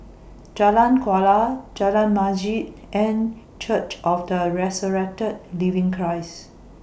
Jalan Kuala Jalan Masjid and Church of The Resurrected Living Christ